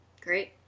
Great